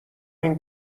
این